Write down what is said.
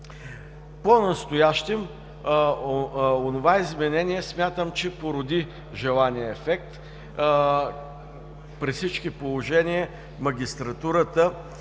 Понастоящем онова изменение, смятам, че породи желания ефект. При всички положения магистратурата